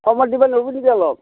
কমত দিব নোৱাৰিব নেকি অলপ